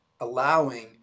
allowing